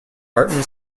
martin